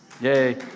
Yay